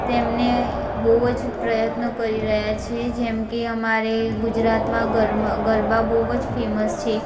તેમને બહુ જ પ્રયત્ન કરી રહ્યા છે જેમકે અમારે ગુજરાતમાં ગરબા બહુ જ ફેમસ છે